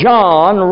John